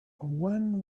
when